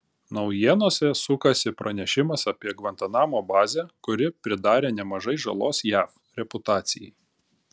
naujienose sukasi pranešimas apie gvantanamo bazę kuri pridarė nemažai žalos jav reputacijai